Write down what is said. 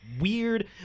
weird